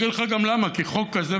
ואני אגיד לך גם למה: כי חוק כזה,